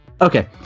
Okay